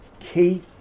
key